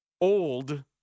old